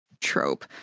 trope